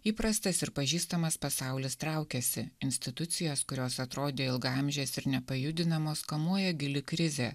įprastas ir pažįstamas pasaulis traukiasi institucijas kurios atrodė ilgaamžės ir nepajudinamos kamuoja gili krizė